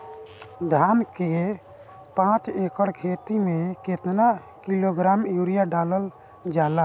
धान के पाँच एकड़ खेती में केतना किलोग्राम यूरिया डालल जाला?